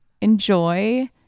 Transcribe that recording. Enjoy